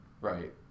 Right